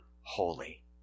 holy